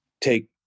take